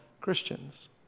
Christians